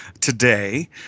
today